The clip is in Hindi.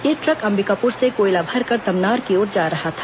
यह ट्रक अंबिकापुर से कोयला भरकर तमनार की ओर जा रहा था